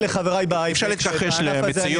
אי אפשר להתכחש למציאות.